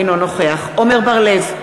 אינו נוכח עמר בר-לב,